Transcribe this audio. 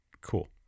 Cool